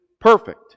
perfect